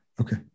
okay